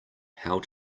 how